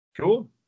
Cool